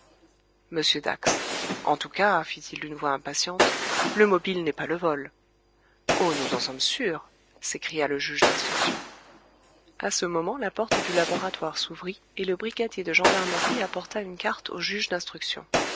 dax en tout cas fit-il d'une voix impatiente le mobile n'est pas le vol oh nous en sommes sûrs s'écria le juge d'instruction à ce moment la porte du laboratoire s'ouvrit et le brigadier de gendarmerie apporta une carte au juge d'instruction